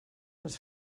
les